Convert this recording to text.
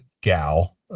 gal